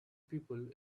people